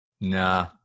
Nah